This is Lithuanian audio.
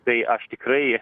tai aš tikrai